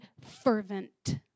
fervent